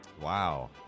Wow